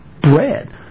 Bread